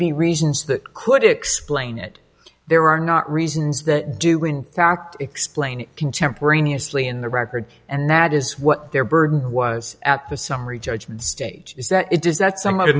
be reasons that could explain it there are not reasons that do in fact explain contemporaneously in the record and that is what their burden was at the summary judgment stage is that it does that some